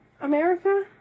America